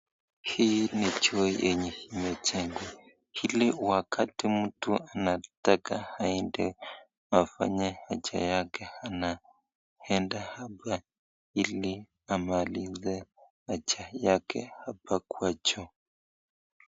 Hii ni choo yenye imejengwa ili wakati mtu anataka aenda afanye haja yake anaenda hapa ili amalize haja yake hapa kwa choo.